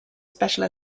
special